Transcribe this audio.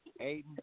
Aiden